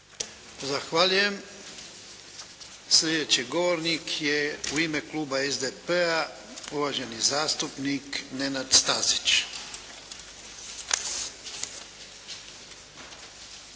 Zahvaljujem. Sljedeći govornik je u ime kluba SDP-a uvaženi zastupnik Nenad Stazić.